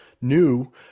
new